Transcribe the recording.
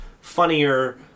funnier